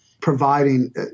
providing